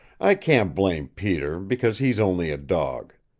i can't blame peter, because he's only a dog.